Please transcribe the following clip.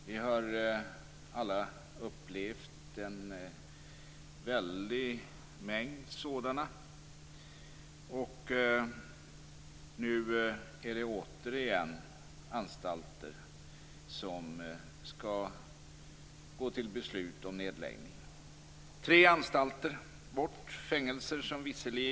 Vi har alla upplevt en väldig mängd sådana, och nu skall vi återigen gå till beslut om nedläggning av anstalter. Tre anstalter skall bort.